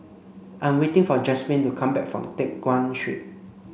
I'm waiting for Jasmin to come back from Teck Guan Street